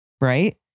Right